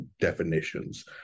definitions